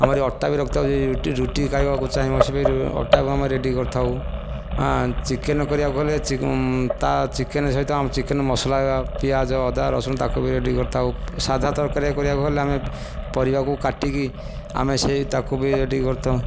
ଆମର ଅଟା ବି ରଖିଥାଉ ଯିଏ ରୁଟି ଖାଇବାକୁ ଚାହିଁବ ସେ ବି ଅଟାକୁ ଆମେ ରେଡ଼ି କରିଥାଉ ଚିକେନ୍ କରିବାକୁ ହେଲେ ତା ଚିକେନ୍ ସହିତ ଚିକେନ୍ ମସଲା ପିଆଜ ଅଦା ରସୁଣ ତାକୁ ବି ରେଡ଼ି କରିଥାଉ ସାଧା ତରକାରି କରିବାକୁ ହେଲେ ଆମେ ପରିବାକୁ କାଟିକି ଆମେ ସେ ତାକୁ ବି ରେଡ଼ି କରିଥାଉ